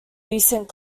recent